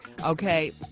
okay